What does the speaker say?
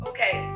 Okay